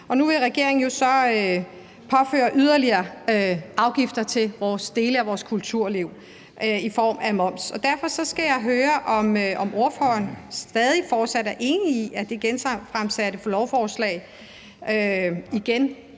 Nu vil regeringen så lægge yderligere afgifter på dele af vores kulturliv i form af moms. Derfor skal jeg høre, om ordføreren fortsat er enig i, at det genfremsatte lovforslag igen